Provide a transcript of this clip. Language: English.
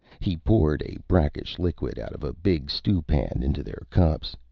he poured a brackish liquid out of a big stew pan into their cups.